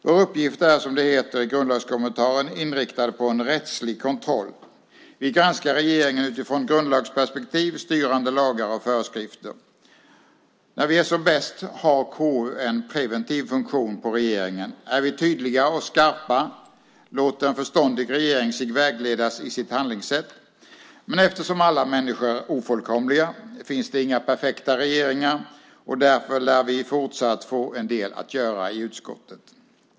Vår uppgift är, som det heter i grundlagskommentaren, inriktad på en rättslig kontroll. Vi ska granska regeringen utifrån grundlagsperspektiv och gällande lagar och föreskrifter. När vi är som bäst har KU en preventiv funktion på regeringen. Är vi tydliga och skarpa låter en förståndig regering sig vägledas i sitt handlingssätt. Men eftersom alla människor är ofullkomliga finns det inga perfekta regeringar. Därför lär vi fortsatt få en del att göra i utskottet.